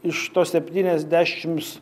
iš to septyniasdešims